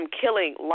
killing